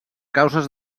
causes